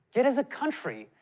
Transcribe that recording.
yet, as a country,